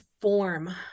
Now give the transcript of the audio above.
form